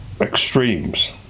extremes